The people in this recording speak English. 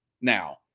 now